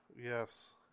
Yes